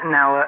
Now